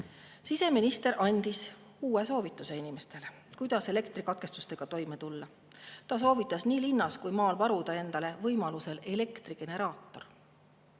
Siseminister andis inimestele uue soovituse, kuidas elektrikatkestustega toime tulla. Ta soovitas nii linnas kui ka maal varuda endale võimalusel elektrigeneraator.